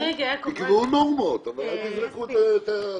תקבעו נורמות אבל אל תזרקו את התינוק.